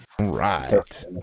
Right